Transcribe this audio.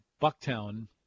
Bucktown